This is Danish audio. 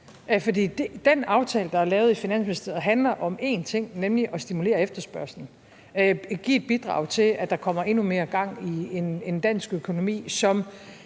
den aftale, der er lavet i Finansministeriet, handler om én ting, nemlig om at stimulere efterspørgslen, altså at give et bidrag til, at der kommer endnu mere gang i en dansk økonomi, som